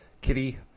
Kitty